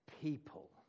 people